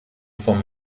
vom